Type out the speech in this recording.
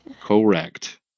Correct